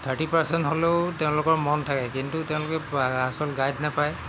thirty percent হ'লেও তেওঁলোকৰ মন থাকে কিন্তু তেওঁলোকে আচল গাইড নাপায়